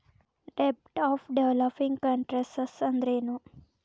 ಡೆಬ್ಟ್ of developing countries ಅಂದ್ರೇನು?